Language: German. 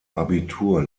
abitur